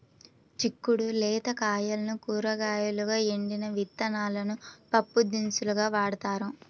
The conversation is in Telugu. చిక్కుడు లేత కాయలను కూరగాయలుగా, ఎండిన విత్తనాలను పప్పుదినుసులుగా వాడతారు